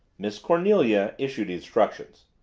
miss cornelia issued instructions.